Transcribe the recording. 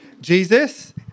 Jesus